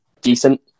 decent